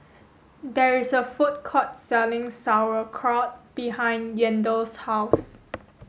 there is a food court selling Sauerkraut behind Yandel's house